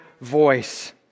voice